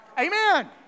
Amen